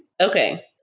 Okay